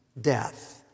death